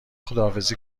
خداحافظی